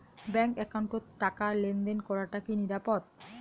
Bank একাউন্টত টাকা লেনদেন করাটা কি নিরাপদ?